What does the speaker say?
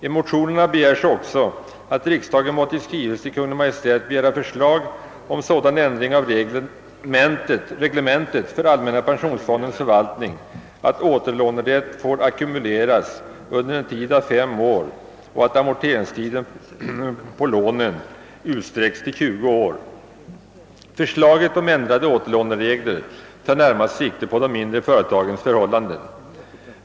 I motionerna begärs också att riksdagen måtte i skrivelse till Kungl. Maj:t begära förslag om sådan ändring av reglementet för allmänna pensionsfondens förvaltning, att återlånerätt får ackumuleras under en tid av fem år och att amorteringstiden på lånen utsträcks till tjugo år. Förslaget om ändrade återlåneregler tar närmast sikte på de mindre företagens förhållanden.